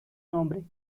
nombre